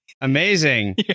amazing